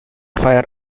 fire